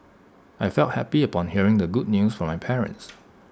I felt happy upon hearing the good news from my parents